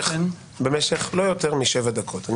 במשך לא יותר משבע דקות.